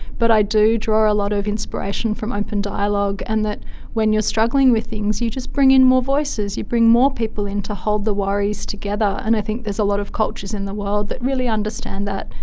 but i do draw a lot of inspiration from open dialogue, and when you're struggling with things you just bring in more voices, you bring more people in to hold the worries together, and i think there's a lot of cultures in the world that really understand that,